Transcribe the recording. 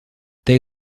they